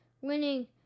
winning